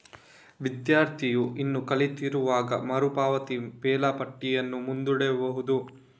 ವಿದ್ಯಾರ್ಥಿಯು ಇನ್ನೂ ಕಲಿಯುತ್ತಿರುವಾಗ ಮರು ಪಾವತಿ ವೇಳಾಪಟ್ಟಿಯನ್ನು ಮುಂದೂಡಬಹುದು